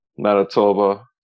Manitoba